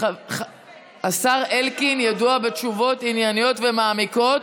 השר אלקין ידוע בתשובות ענייניות ומעמיקות.